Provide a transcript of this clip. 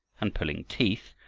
and pulling teeth,